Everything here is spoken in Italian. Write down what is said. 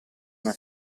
una